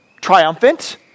triumphant